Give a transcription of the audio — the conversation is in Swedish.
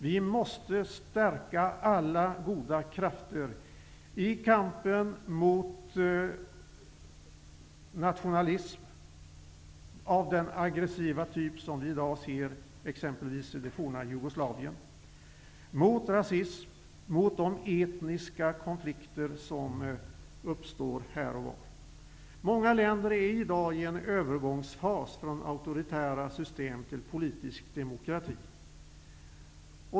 Vi måste stärka alla goda krafter i kampen mot nationalism av den aggressiva typ som vi i dag ser i t.ex. det tidigare Jugoslavien, mot rasism och mot de etniska konflikter som uppstår här och var. Många länder befinner sig i dag i en övergångsfas från auktoritära system till politisk demokrati.